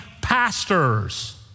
pastors